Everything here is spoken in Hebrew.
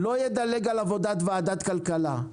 לא ידלג על עבודת ועדת כלכלה,